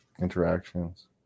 interactions